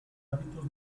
hábitos